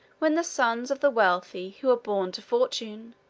when the sons of the wealthy, who are born to fortune,